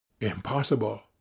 Impossible